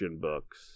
books